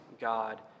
God